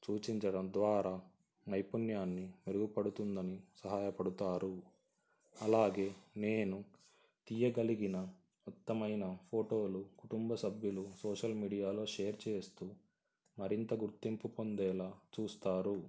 సూచించడం ద్వారా నైపుణ్యాన్ని మెరుగుపడుతుందని సహాయపడతారు అలాగే నేను తీయగలిగిన ఉత్తమమైన ఫోటోలు కుటుంబ సభ్యులు సోషల్ మీడియాలో షేర్ చేస్తూ మరింత గుర్తింపు పొందేలా చూస్తారు